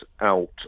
out